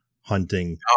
hunting